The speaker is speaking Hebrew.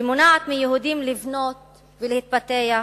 שמונעת מיהודים לבנות ולהתפתח,